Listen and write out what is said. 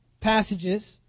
passages